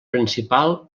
principal